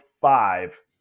five